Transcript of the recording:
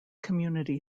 community